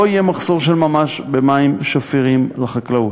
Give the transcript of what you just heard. לא יהיה מחסור של ממש במים שפירים לחקלאות.